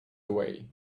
away